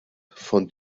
von